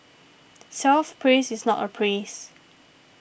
self praise is not a praise